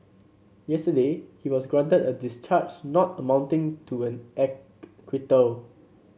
yesterday he was granted a discharge not amounting to an acquittal